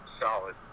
solid